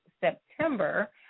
September